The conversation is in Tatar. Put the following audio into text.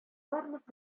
барлык